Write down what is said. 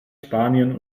spanien